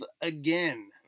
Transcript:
Again